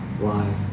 Lies